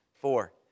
four